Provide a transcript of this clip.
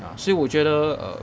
ah 所以我觉得 err